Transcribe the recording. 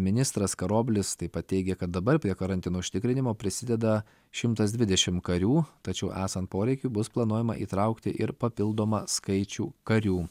ministras karoblis taip pat teigė kad dabar prie karantino užtikrinimo prisideda šimtas dvidešim karių tačiau esant poreikiui bus planuojama įtraukti ir papildomą skaičių karių